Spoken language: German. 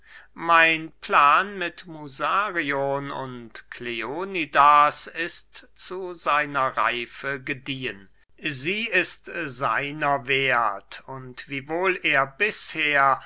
mein plan mit musarion und kleonidas ist zu seiner reife gediehen sie ist seiner werth und wiewohl er bisher